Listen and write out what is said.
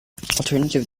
alternative